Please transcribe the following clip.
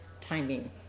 timing